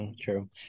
true